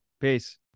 Peace